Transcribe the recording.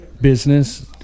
business